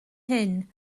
hyn